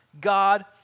God